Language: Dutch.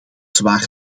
zwaar